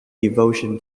devotion